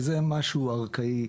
זה משהו ארכאי,